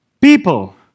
People